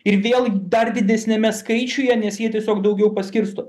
ir vėl dar didesniame skaičiuje nes jie tiesiog daugiau paskirsto